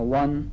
one